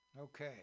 okay